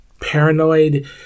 paranoid